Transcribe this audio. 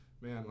man